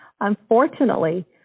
Unfortunately